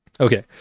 Okay